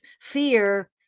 Fear